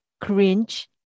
cringe